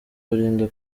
barinda